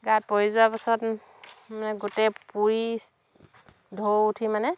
গাত পৰি যোৱাৰ পাছত মোৰ গোটেই পুৰি ঢৌ উঠি মানে